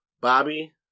Bobby